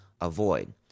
avoid